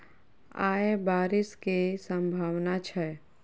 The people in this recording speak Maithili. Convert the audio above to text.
आय बारिश केँ सम्भावना छै?